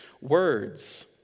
words